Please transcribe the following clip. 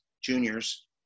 juniors